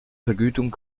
vergütung